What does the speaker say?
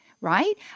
right